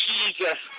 Jesus